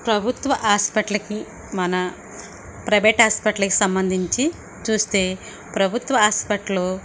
ప్రభుత్వ హాస్పిటల్కి మన ప్రైవేట్ హాస్పిటల్కి సంబంధించి చూస్తే ప్రభుత్వ హాస్పిటలు